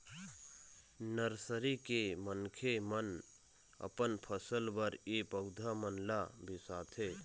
nursery के मनखे मन अपन फसल बर ए पउधा मन ल बिसाथे